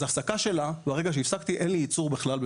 הפסקה שלה, ברגע שהפסקתי, אין לי ייצור בכלל.